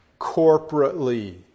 corporately